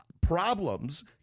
problems